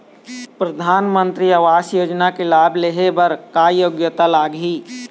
परधानमंतरी आवास योजना के लाभ ले हे बर का योग्यता लाग ही?